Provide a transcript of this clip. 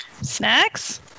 Snacks